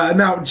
now